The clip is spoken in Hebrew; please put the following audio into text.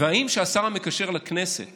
והאם כשהשר המקשר לכנסת